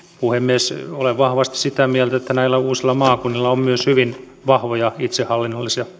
puhemies olen vahvasti sitä mieltä että näillä uusilla maakunnilla on myös hyvin vahvoja itsehallinnollisia